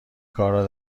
کارها